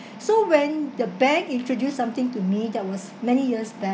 so when the bank introduced something to me that was many years back